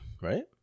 right